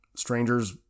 strangers